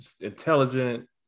intelligent